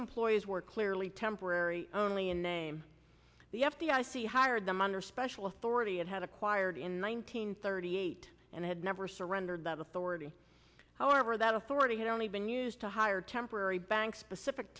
employees were clearly temporary only in name the f b i c hired them under special authority and had acquired in one nine hundred thirty eight and had never surrendered that authority however that authority had only been used to hire temporary bank specific